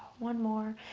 one more.